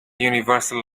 universal